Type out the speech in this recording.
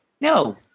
No